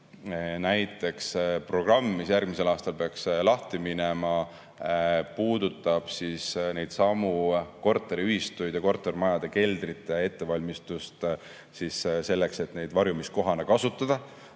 näiteks programm, mis järgmisel aastal peaks lahti minema ning mis puudutab neidsamu korteriühistuid ja kortermajade keldrite ettevalmistust selleks, et neid varjumiskohana kasutada.